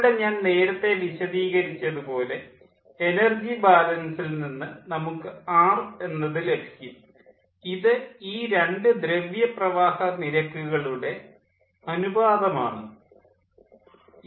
ഇവിടെ ഞാൻ നേരത്തെ വിശദീകരിച്ചതുപോലെ എനർജി ബാലൻസിൽ നിന്ന് നമുക്ക് ആർ എന്നത് ലഭിക്കും ഇത് ഈ രണ്ട് ദ്രവ്യ പ്രവാഹ നിരക്കുകളുടെ അനുപാതം ആണ്